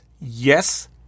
yes